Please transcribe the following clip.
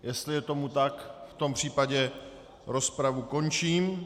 Jestli je tomu tak, v tom případě rozpravu končím.